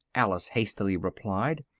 alice hastily replied,